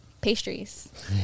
pastries